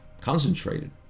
concentrated